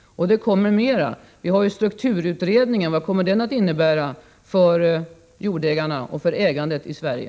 Det kommer ännu mera — vad innebär t.ex. strukturutredningen för jordägarna och för ägandet i Sverige?